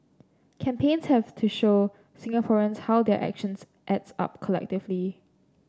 campaigns have to show Singaporeans how their actions adds up collectively